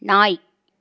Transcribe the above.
நாய்